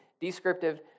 descriptive